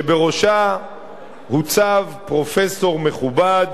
שבראשה הוצב פרופסור מכובד,